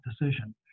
decision